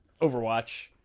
Overwatch